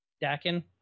Dakin